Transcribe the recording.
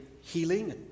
healing